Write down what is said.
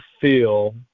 feel